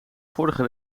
vorige